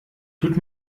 tut